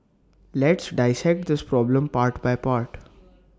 let's dissect this problem part by part